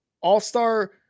all-star